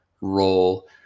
role